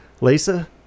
Lisa